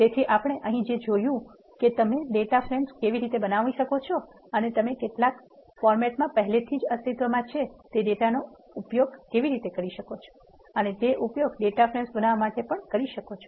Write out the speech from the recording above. તેથી આપણે અહીં જે જોયું છે કે તમે ડેટા ફ્રેમ્સ બનાવી શકો છો અથવા તમે કેટલાક ફોર્મેટમાં પહેલેથી જ અસ્તિત્વમાં છે તે ડેટાનો ઉપયોગ કરી શકો છો અને તેનો ઉપયોગ ડેટા ફ્રેમ્સ બનાવવા માટે કરી શકો છો